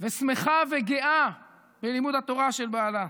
ושמחה וגאה בלימוד התורה של בעלה.